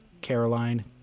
Caroline